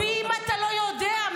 ואם אתה לא יודע,